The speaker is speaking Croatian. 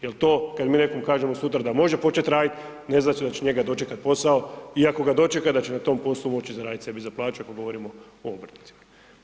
Jer to kad mi nekom kažemo sutradan može početi raditi, ne znači da će njega dočekati posao i ako ga dočeka, da će na tom poslu moći zaraditi sebi za plaću, ako govorimo o obrtnicima.